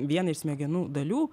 vienai iš smegenų dalių